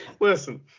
Listen